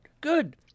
good